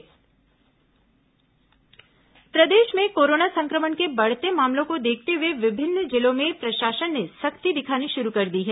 lockdown प्रदेश में corona संक्रमण के बढ़ते मामलों को देखते हुए विभिन्न जिलों में प्रशासन ने सख्ती दिखानी शुरू कर दी है